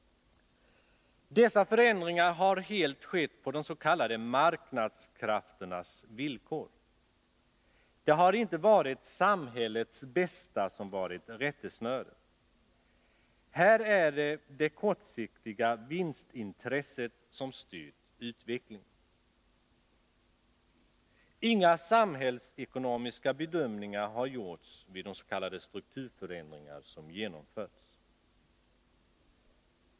Dessa förändringar har helt skett på de s.k. marknadskrafternas villkor. Det har inte varit samhällets bästa som varit rättesnöret. Här har det kortsiktiga vinstintresset styrt utvecklingen. Inga samhällsekonomiska bedömningar har gjorts vid de s.k. strukturförändringar som genomförts.